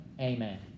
amen